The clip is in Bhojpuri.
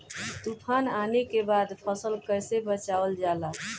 तुफान आने के बाद फसल कैसे बचावल जाला?